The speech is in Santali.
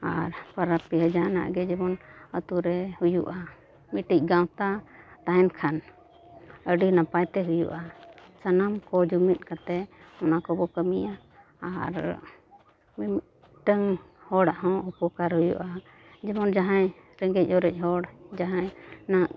ᱟᱨ ᱯᱚᱨᱚᱵᱽ ᱯᱤᱦᱟᱹ ᱡᱟᱦᱟᱱᱟᱜ ᱜᱮ ᱡᱮᱢᱚᱱ ᱟᱹᱛᱩ ᱨᱮ ᱦᱩᱭᱩᱜᱼᱟ ᱢᱤᱫᱴᱤᱡᱽ ᱜᱟᱶᱛᱟ ᱛᱟᱦᱮᱱᱠᱷᱟᱱ ᱟᱹᱰᱤ ᱱᱟᱯᱟᱭ ᱛᱮ ᱦᱩᱭᱩᱜᱼᱟ ᱥᱟᱱᱟᱢ ᱠᱚ ᱡᱩᱢᱤᱫ ᱠᱟᱛᱮᱫ ᱚᱱᱟ ᱠᱚᱵᱚ ᱠᱟᱹᱢᱤᱭᱟ ᱟᱨ ᱢᱤᱢᱤᱫᱴᱟᱝ ᱦᱚᱲᱟᱜ ᱦᱚᱸ ᱩᱯᱚᱠᱟᱨ ᱦᱩᱭᱩᱜᱼᱟ ᱡᱮᱢᱚᱱ ᱡᱟᱦᱟᱸᱭ ᱨᱮᱸᱜᱮᱡᱽ ᱚᱨᱮᱡᱽ ᱦᱚᱲ ᱡᱟᱦᱟᱸ ᱱᱟᱜ